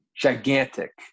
Gigantic